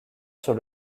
sur